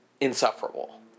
insufferable